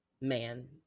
man